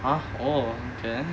ah orh okay